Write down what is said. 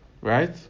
Right